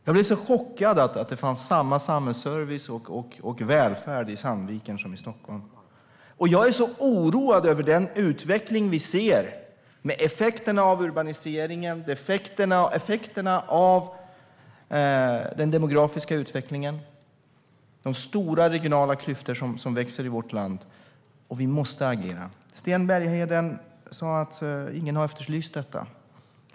Jag blev så chockad över att det fanns samma samhällsservice och välfärd i Sandviken som i Stockholm. Jag är därför så oroad över den utveckling vi ser, med urbaniseringens effekter, med effekterna av den demografiska utvecklingen och med de stora regionala klyftor som växer i vårt land. Vi måste agera. Sten Bergheden sa att ingen har efterlyst detta.